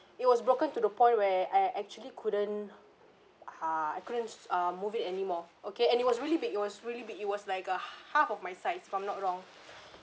it was broken to the point where I actually couldn't ah I couldn't uh move it anymore okay and it was really big it was really big it was like a half of my size if I'm not wrong